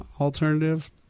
alternative